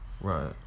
right